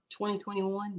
2021